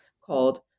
called